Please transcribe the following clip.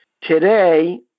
Today